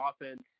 offense